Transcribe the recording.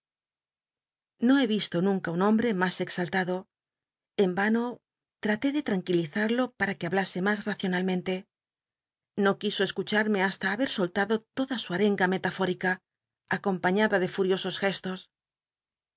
no he yislo nunca un hombre más exaltado en vano traté de tranquilizar para que hablase mas racionalmente no quiso escucharme hasta haber soltado toda su mcnga metafórica acompañada de fwiosos gestos